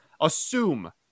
assume